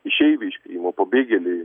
išeiviai iš krymo pabėgėliai